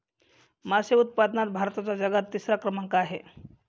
मासे उत्पादनात भारताचा जगात तिसरा क्रमांक आहे